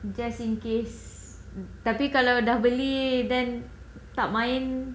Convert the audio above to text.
just in case tapi kalau dah beli then tak main